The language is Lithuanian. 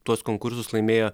tuos konkursus laimėjo